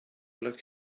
look